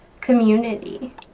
community